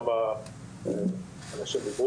שהיו שמחים להגיע